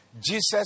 Jesus